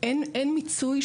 --- החוק מייצר תיעדוף.